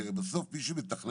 כי הרי בסוף מי שמתכלל,